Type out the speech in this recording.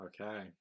Okay